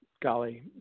golly